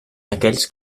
aquells